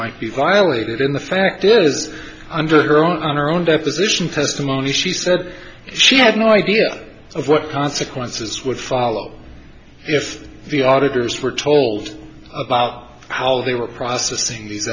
might be violated and the fact is under her own our own deposition testimony she said she had no idea of what consequences would follow if the auditors were told about how they were processing these